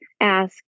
ask